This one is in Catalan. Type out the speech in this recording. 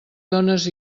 dones